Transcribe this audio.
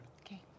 okay